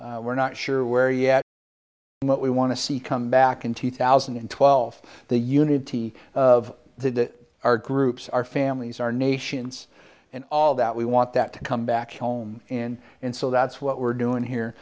areas we're not sure where yet what we want to see come back in two thousand and twelve the unity of that our groups our families our nations and all that we want that to come back home and and so that's what we're doing here